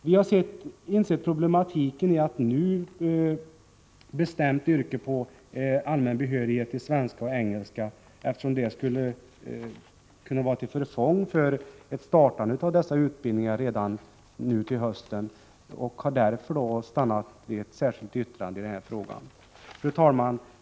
Vi har insett problematiken i att nu bestämt yrka på allmän behörighet i svenska och engelska, eftersom det skulle kunna vara till förfång för ett startande av dessa utbildningar redan nu till hösten. Vi har därför stannat för ett särskilt yttrande i denna fråga. Fru talman!